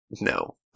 no